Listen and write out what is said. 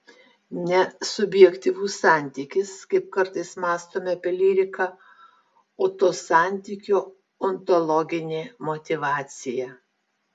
ne subjektyvus santykis kaip kartais mąstome apie lyriką o to santykio ontologinė motyvacija